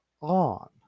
on